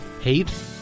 hate